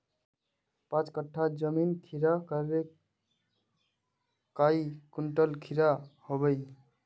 पाँच कट्ठा जमीन खीरा करले काई कुंटल खीरा हाँ बई?